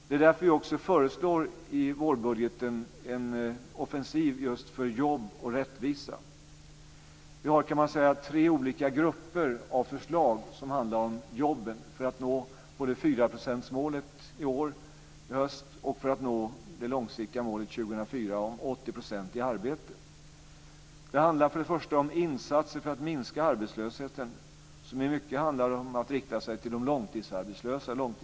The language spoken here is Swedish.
Det är därför som vi också i vårbudgeten föreslår en offensiv just för jobb och rättvisa. Man kan säga att vi har tre olika grupper av förslag som handlar om jobben för att nå 4-procentsmålet när det gäller arbetslösheten i höst och för att nå det långsiktiga målet Det handlar för det första om insatser för att minska arbetslösheten som i mycket handlar om att rikta sig till de långtidsarbetslösa.